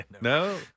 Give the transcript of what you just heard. No